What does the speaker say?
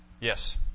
Yes